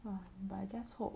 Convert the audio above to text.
!wah! but I just hope